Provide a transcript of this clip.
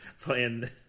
playing